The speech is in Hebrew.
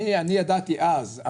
אני ידעתי אז,